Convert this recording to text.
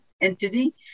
entity